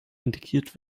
integriert